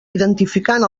identificant